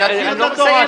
אני לא מסיים פה.